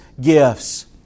gifts